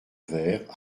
vert